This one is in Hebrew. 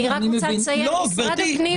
אני רק רוצה לציין שמשרד הפנים --- לא.